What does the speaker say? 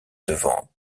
devant